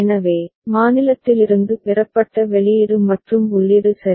எனவே மாநிலத்திலிருந்து பெறப்பட்ட வெளியீடு மற்றும் உள்ளீடு சரி